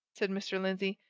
said mr. lindsey.